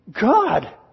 God